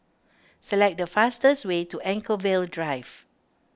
select the fastest way to Anchorvale Drive